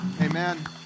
Amen